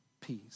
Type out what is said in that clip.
peace